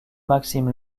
maxime